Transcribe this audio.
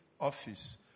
office